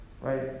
right